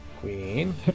Queen